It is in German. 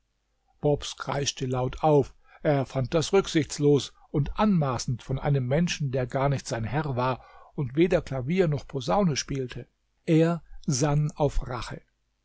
bobs kreischte laut auf er fand das rücksichtslos und anmaßend von einem menschen der gar nicht sein herr war und weder klavier noch posaune spielte er sann auf rache